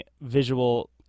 visual